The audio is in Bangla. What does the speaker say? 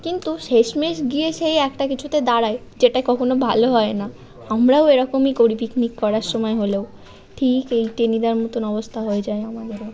কিন্তু শেষমেশ গিয়ে সেই একটা কিছুতে দাঁড়ায় যেটা কখনও ভালো হয় না আমরাও এরকমই করি পিকনিক করার সময় হলেও ঠিক এই টেনিদার মতন অবস্থা হয়ে যায় আমাদেরও